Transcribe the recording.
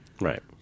Right